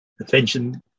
attention